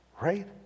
right